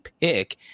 pick